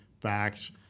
facts